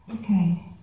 Okay